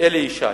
אלי ישי.